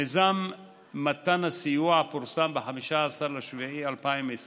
מיזם מתן הסיוע פורסם ב-15 ביולי 2020,